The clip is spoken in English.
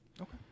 Okay